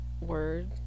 word